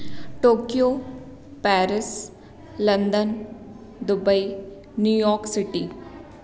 Tokyo Paris London Dubai New York City